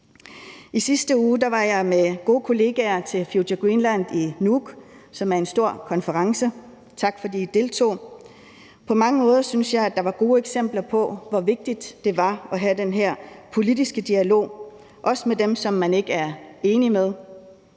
I sidste uge var jeg med gode kollegaer til Future Greenland i Nuuk, som er en stor konference. Tak, fordi I deltog. På mange måder synes jeg, at der var gode eksempler på, hvor vigtigt det er at have den her politiske dialog, også med dem, som man ikke er enig med.